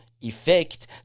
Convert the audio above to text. effect